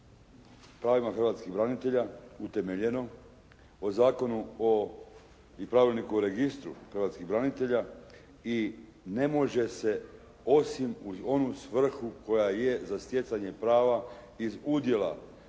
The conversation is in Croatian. pravima hrvatskih branitelja utemeljeno, u Zakonu o i pravilniku o registru hrvatskih branitelja i ne može se osim u onu svrhu koja je za stjecanje prava iz udjela iz braniteljskog